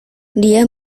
dia